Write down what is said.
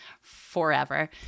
forever